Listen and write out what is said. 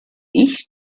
ich